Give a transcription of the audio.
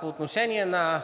По отношение на…